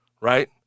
right